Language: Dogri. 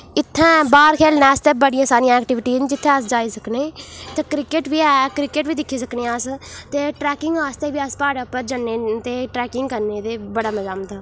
इत्थैं बाह्र खेलने आस्तै बड़ियां सारियां ऐक्टीविटी न जित्थें अस सकने इत्थै क्रिकेट बी ऐ क्रिकेट बी दिक्खी सकने अस ते ट्रैकिंग आस्तै बी अस प्हाड़ै उप्पर जन्ने ते ट्रैकिंग करने ते बड़ा मजा आंदा